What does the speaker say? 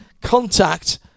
contact